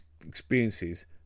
experiences